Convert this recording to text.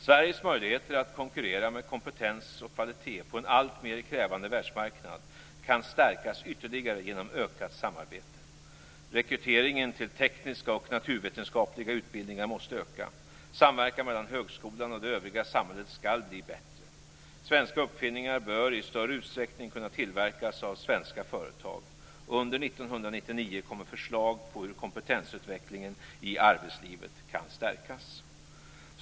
Sveriges möjligheter att konkurrera med kompetens och kvalitet på en alltmer krävande världsmarknad kan stärkas ytterligare genom ökat samarbete. Rekryteringen till tekniska och naturvetenskapliga utbildningar måste öka. Samverkan mellan högskolan och det övriga samhället skall bli bättre. Svenska uppfinningar bör i större utsträckning kunna tillverkas av svenska företag. Under 1999 kommer förslag på hur kompetensutvecklingen i arbetslivet kan stärkas.